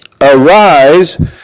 Arise